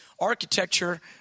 architecture